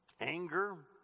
anger